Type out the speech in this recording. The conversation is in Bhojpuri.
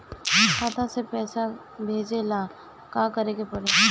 खाता से पैसा भेजे ला का करे के पड़ी?